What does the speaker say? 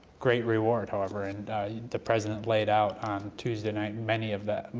great reward, however, and the president laid out on tuesday night many of the,